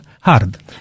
hard